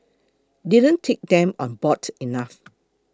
didn't take them on board enough